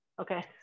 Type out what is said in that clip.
Okay